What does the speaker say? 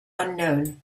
unknown